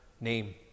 name